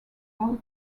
all